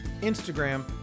Instagram